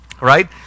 right